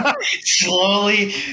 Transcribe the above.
slowly